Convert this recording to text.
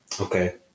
Okay